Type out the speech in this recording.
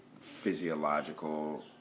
physiological